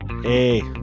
hey